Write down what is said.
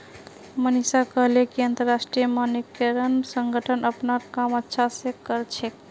मनीषा कहले कि अंतरराष्ट्रीय मानकीकरण संगठन अपनार काम अच्छा स कर छेक